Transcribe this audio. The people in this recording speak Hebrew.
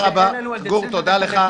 גור, תודה לך.